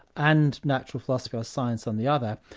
and natural philosophy or science on the other.